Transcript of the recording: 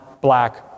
black